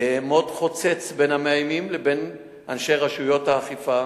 אעמוד חוצץ בין המאיימים לבין אנשי רשויות האכיפה